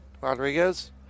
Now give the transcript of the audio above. Rodriguez